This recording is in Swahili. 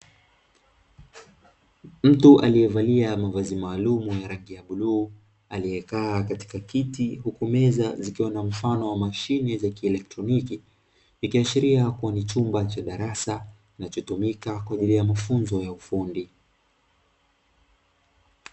Mtu aliyevalia mavazi maalumu ya rangi ya bluu alikaa katika kiti huku meza zikiwa na mfano wa mashine za kieletroniki, ikiashiria kuwa ni chumba cha darasa kinachotumika kwa ajili ya mafunzo ya ufundi.